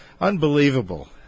Unbelievable